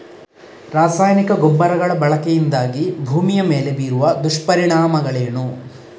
ರಾಸಾಯನಿಕ ಗೊಬ್ಬರಗಳ ಬಳಕೆಯಿಂದಾಗಿ ಭೂಮಿಯ ಮೇಲೆ ಬೀರುವ ದುಷ್ಪರಿಣಾಮಗಳೇನು?